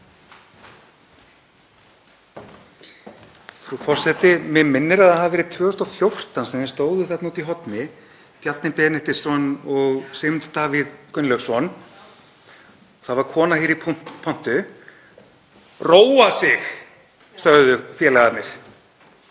Frú forseti. Mig minnir að það hafi verið 2014 sem þeir stóðu þarna úti í horni, Bjarni Benediktsson og Sigmundur Davíð Gunnlaugsson. Það var kona í pontu. „Róa sig“, sögðu félagarnir.